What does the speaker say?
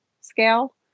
scale